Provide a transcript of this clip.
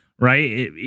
right